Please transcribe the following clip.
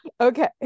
okay